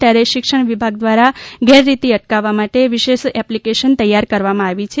ત્યારે શિક્ષણ વિભાગ દ્વારા ગેરરીતી અટકાવવા માટે વિશેષ એપ્લિકેશન તૈયાર કરવામાં આવી છે